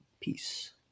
Peace